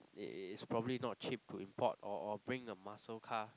it is probably not cheap to import or or bring a muscle car